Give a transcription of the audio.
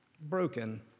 broken